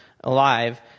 alive